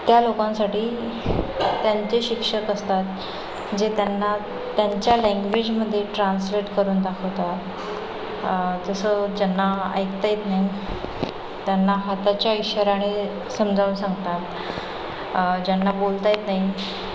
त्या लोकांसाठी त्यांचे शिक्षक असतात जे त्यांना त्यांच्या लँग्वेजमध्ये ट्रान्सलेट करून दाखवतात जसं ज्यांना ऐकता येत नाही त्यांना हाताच्या इशाऱ्याने समजावून सांगतात ज्यांना बोलता येत नाही